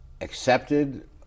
accepted